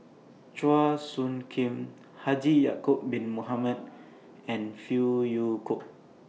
Chua Soo Khim Haji Ya'Acob Bin Mohamed and Phey Yew Kok